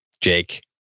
Jake